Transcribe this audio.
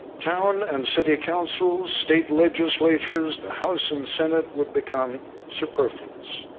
town and city councils, state legislatures, the house and senate would become superfluous.